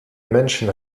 menschen